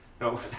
No